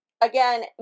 Again